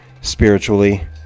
spiritually